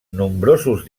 nombrosos